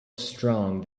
strong